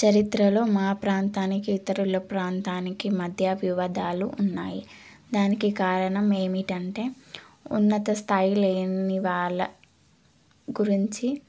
చరిత్రలో మా ప్రాంతానికి ఇతరులు ప్రాంతానికి మధ్య వివాదాలు ఉన్నాయి దానికి కారణం ఏమిటి అంటే ఉన్నత స్థాయి లేనివాళ్ళ గురించి